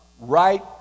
right